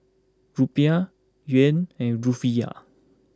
Rupiah Yuan and Rufiyaa